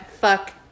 Fuck